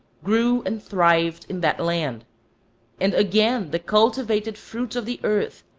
grew and thrived in that land and again the cultivated fruits of the earth,